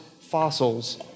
fossils